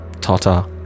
Ta-ta